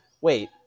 wait